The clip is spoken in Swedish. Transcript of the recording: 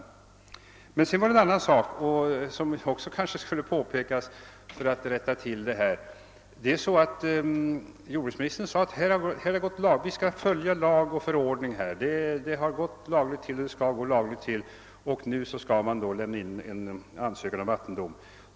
Sedan är det också en annan sak som bör påpekas för att tillrättalägga detta. Jordbruksministern sade att vi skall följa lagar och förordningar. Det har gått och skall gå lagligt till och nu skall man lämna in en ansökan om vattendom.